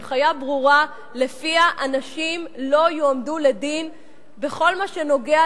הנחיה ברורה שלפיה הנשים לא יועמדו לדין בכל מה שנוגע